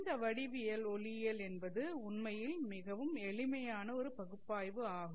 இந்த வடிவியல் ஒளியியல் என்பது உண்மையில் மிகவும் எளிமையான ஒரு பகுப்பாய்வு ஆகும்